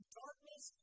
darkness